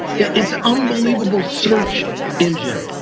it's an unbelievable search engine.